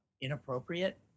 inappropriate